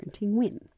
win